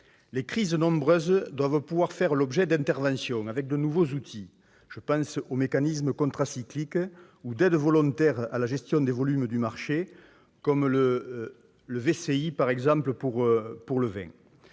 Les crises nombreuses doivent pouvoir faire l'objet d'interventions avec de nouveaux outils- je pense aux mécanismes contracycliques ou aux aides volontaires à la gestion des volumes du marché, comme le VCI, le volume